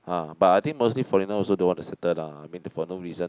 ah but I think mostly foreigner also don't want to settle down I mean for no reason